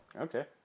Okay